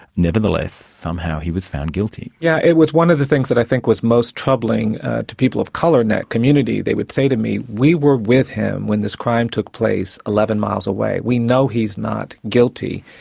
nevertheless somehow he was found guilty. yes, yeah it was one of the things that i think was most troubling to people of colour in that community they would say to me, we were with him when this crime took place eleven miles away, we know he's not guilty.